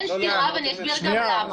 אין סתירה ואני אסביר גם למה.